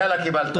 יאללה, קיבלת.